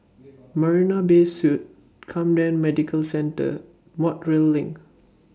Marina Bay Suites Camden Medical Centre Montreal LINK